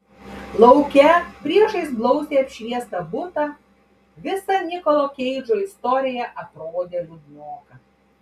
lauke priešais blausiai apšviestą butą visa nikolo keidžo istorija atrodė liūdnoka